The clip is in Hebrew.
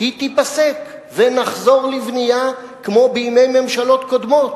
היא תיפסק, ונחזור לבנייה כמו בימי ממשלות קודמות?